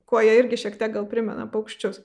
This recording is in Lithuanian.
kuo jie irgi šiek tiek gal primena paukščius